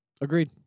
Agreed